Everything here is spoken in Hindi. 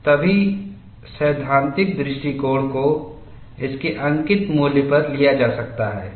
तभी सैद्धांतिक दृष्टिकोण को इसके अंकित मूल्य पर लिया जा सकता है